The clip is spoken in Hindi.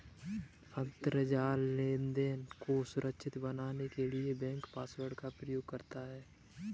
अंतरजाल लेनदेन को सुरक्षित बनाने के लिए बैंक पासवर्ड का प्रयोग करता है